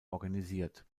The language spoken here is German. organisiert